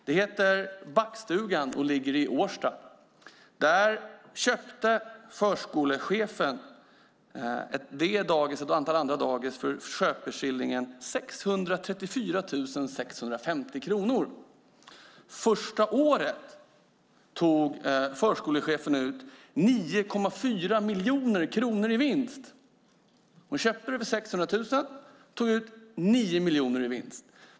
Det heter Backstugan och ligger i Årsta. Förskolechefen köpte detta och ett antal andra dagis för köpeskillingen 634 650 kronor. Första året tog förskolechefen ut 9,4 miljoner kronor i vinst. Hon köpte det för 600 000 och tog ut 9 miljoner i vinst.